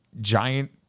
giant